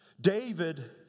David